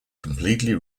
completely